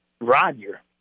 Roger